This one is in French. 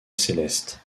céleste